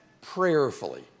prayerfully